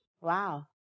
Wow